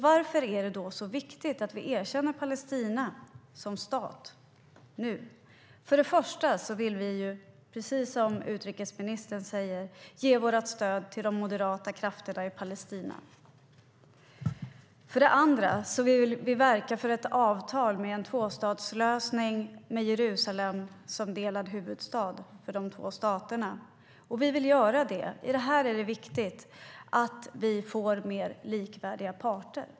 Varför är det då så viktigt att vi erkänner Palestina som stat nu? För det första vill vi, som utrikesministern sade, ge vårt stöd till de moderata krafterna i Palestina. För det andra vill vi verka för ett avtal med en tvåstatslösning med Jerusalem som delad huvudstad för de två staterna. Vi vill göra det, och här är det viktigt att vi får mer likvärdiga parter.